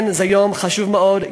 זה יום חשוב מאוד,